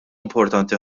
importanti